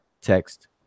text